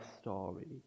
story